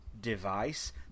device